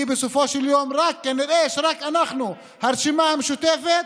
כי בסופו של יום נראה שרק אנחנו, הרשימה המשותפת,